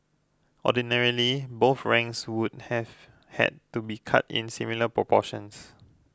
ordinarily both ranks would have had to be cut in similar proportions